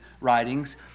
writings